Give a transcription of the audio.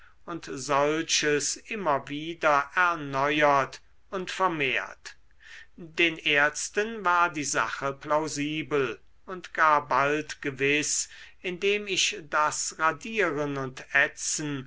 und solches immer wieder erneuert und vermehrt den ärzten war die sache plausibel und gar bald gewiß indem ich das radieren und